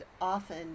often